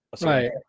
Right